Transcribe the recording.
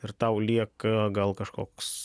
ir tau lieka gal kažkoks